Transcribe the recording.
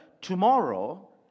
tomorrow